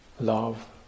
love